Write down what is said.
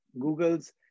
Google's